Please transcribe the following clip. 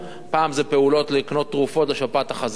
פעם זה פעולות לקנות תרופות לשפעת החזירים,